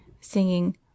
singing